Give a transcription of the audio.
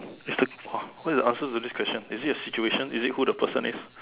is the !wah! what's the answer to this question is it a situation is it who the person is